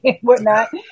whatnot